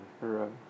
Right